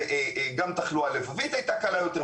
גם תחלואה לבבית הייתה קלה יותר,